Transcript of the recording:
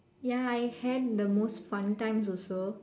ya I had the most fun times also